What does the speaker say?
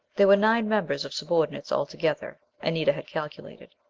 there were nine members of subordinates altogether, anita had calculated.